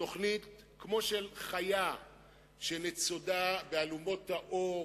תוכנית כמו של חיה שניצודה באלומות האור